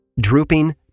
drooping